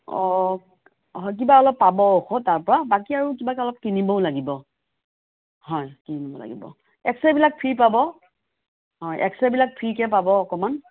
অ' কিবা অলপ পাব ঔষধ তাৰপৰা বাকী আৰু কিবা অলপ কিনিবও লাগিব হয় কিনিব লাগিব এক্স ৰে'বিলাক ফ্ৰী পাব হয় এক্স ৰে'বিলাক ফ্ৰীকে পাব অকণমান